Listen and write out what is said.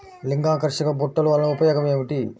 లింగాకర్షక బుట్టలు వలన ఉపయోగం ఏమిటి?